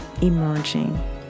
emerging